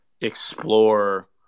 explore